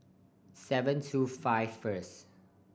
seven two five first